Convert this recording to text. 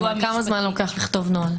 כמה זמן לוקח לכתוב נוהל?